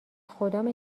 خدامه